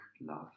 love